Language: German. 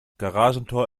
garagentor